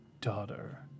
daughter